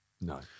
no